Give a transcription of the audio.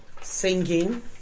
singing